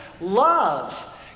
Love